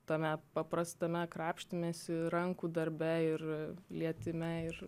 tame paprastame krapštymesi rankų darbe ir lietime ir